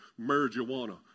marijuana